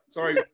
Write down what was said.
Sorry